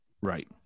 Right